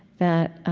that